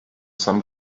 some